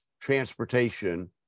transportation